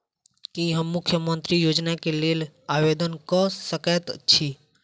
की हम मुख्यमंत्री योजना केँ लेल आवेदन कऽ सकैत छी?